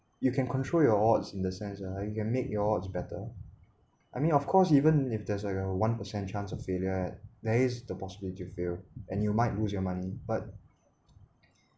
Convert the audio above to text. you can control your odds in the sense ah you can make your odds better I mean of course even if there's like a one percent chance of failure there is the possibility you fail and you might lose your money but